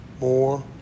more